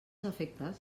efectes